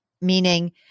Meaning